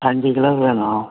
அஞ்சு கிலோ வேணும்